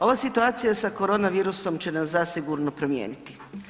Ova situacija sa korona virusom će nas zasigurno promijeniti.